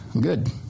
good